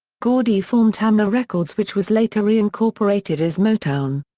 gordy formed tamla records which was later reincorporated as motown.